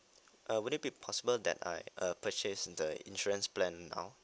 uh would it be possible that I uh purchase the insurance plan now